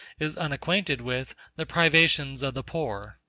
is unacquainted with, the privations of the poor.